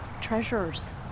Treasures